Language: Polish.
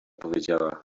powiedziała